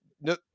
No